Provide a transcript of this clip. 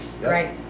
Right